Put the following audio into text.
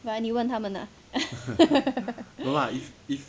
why 你问他们 ah